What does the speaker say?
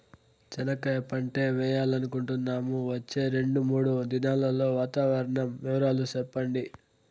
చెనక్కాయ పంట వేయాలనుకుంటున్నాము, వచ్చే రెండు, మూడు దినాల్లో వాతావరణం వివరాలు చెప్పండి?